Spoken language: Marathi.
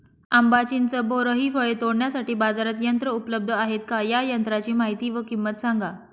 आंबा, चिंच, बोर हि फळे तोडण्यासाठी बाजारात यंत्र उपलब्ध आहेत का? या यंत्रांची माहिती व किंमत सांगा?